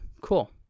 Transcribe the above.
cool